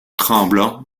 tremblant